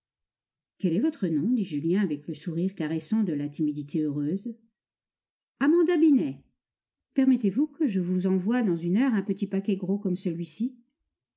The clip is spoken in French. quel est votre nom dit julien avec le sourire caressant de la timidité heureuse amanda binet permettez-vous que je vous envoie dans une heure un petit paquet gros comme celui-ci